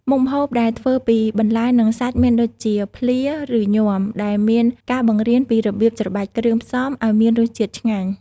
មុខម្ហូបដែលធ្វើពីបន្លែនិងសាច់មានដូចជា ភ្លា ឬញាំ ដែលមានការបង្រៀនពីរបៀបច្របាច់គ្រឿងផ្សំឱ្យមានរសជាតិឆ្ងាញ់។